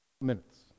Minutes